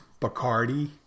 Bacardi